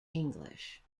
english